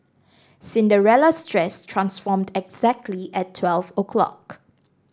Cinderella's dress transformed exactly at twelve o'clock